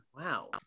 Wow